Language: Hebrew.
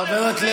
חברות וחברי